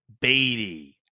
Beatty